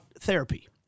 therapy